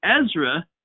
Ezra